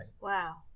Wow